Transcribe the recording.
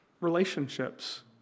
relationships